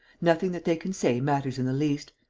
nothing that they can say matters in the least.